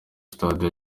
sitade